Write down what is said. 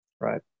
right